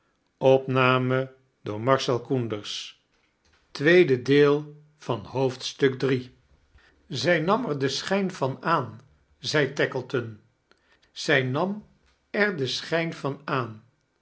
was zij nam er den sehijn van aan zei tackleton zij nam er den schijn van aan